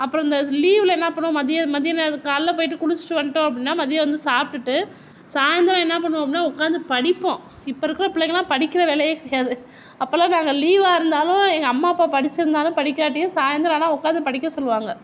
அப்புறம் இந்த லீவில என்னா பண்ணுவோம் மதிய மதியநேரம் காலைல போயிவிட்டு குளிச்சிவிட்டு வந்துட்டோம் அப்படின்னா மதியம் வந்து சாப்பிட்டுட்டு சாயந்தரோம் என்ன பண்ணுவோம் அப்படினா உக்காந்து படிப்போம் இப்போ இருக்க பிள்ளைங்கலாம் படிக்கிற வேலையே கிடையாது அப்போலாம் நாங்கள் லீவாக இருந்தாலும் எங்கள் அம்மா அப்பா படிச்சிருந்தாலும் படிக்காட்டியும் சாயந்தரம் ஆனால் உக்காந்து படிக்க சொல்லுவாங்க